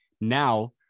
now